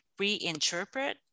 reinterpret